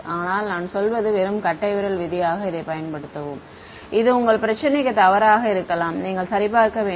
ஆனால் நான் சொல்வது வெறும் கட்டைவிரல் விதியாக இதைப் பயன்படுத்தவும் இது உங்கள் பிரச்சினைக்கு தவறாக இருக்கலாம் நீங்கள் சரிபார்க்க வேண்டும்